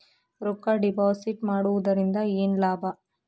ರೊಕ್ಕ ಡಿಪಾಸಿಟ್ ಮಾಡುವುದರಿಂದ ಏನ್ ಲಾಭ?